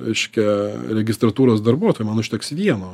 reiškia registratūros darbuotojų man užteks vieno